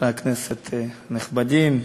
חברי כנסת נכבדים,